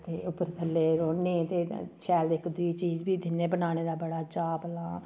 ते उप्पर थल्लै रौह्न्ने ते शैल इक दूई गी चीज बी दिन्ने बनाने दा बड़ा चाऽ भला